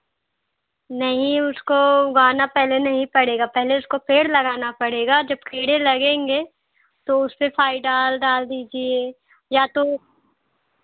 नहीं उसको उगाना पहले नहीं पड़ेगा पहले उसको पेड़ लगाना पड़ेगा जब कीड़े लगेंगे तो उसपर डाल डाल दीजिए या तो